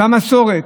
במסורת,